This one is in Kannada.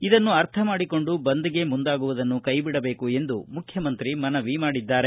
ಇದನ್ನು ಅರ್ಥ ಮಾಡಿಕೊಂಡು ಬಂದ್ಗೆ ಮುಂದಾಗುವುದನ್ನು ಕೈಬಿಡಬೇಕು ಎಂದು ಮುಖ್ಯಮಂತ್ರಿ ಮನವಿ ಮಾಡಿದ್ದಾರೆ